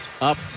up